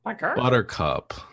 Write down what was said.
Buttercup